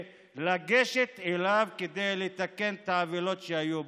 לגשת אליו כדי לתקן את העוולות שהיו בו?